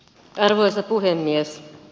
arvoisa puhemies